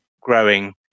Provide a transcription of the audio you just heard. growing